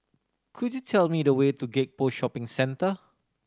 could you tell me the way to Gek Poh Shopping Centre